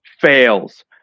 Fails